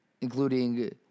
including